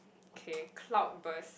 K cloudburst